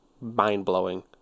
Mind-blowing